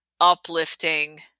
uplifting